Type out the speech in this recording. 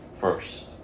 first